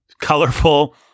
colorful